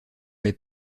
les